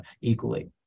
equally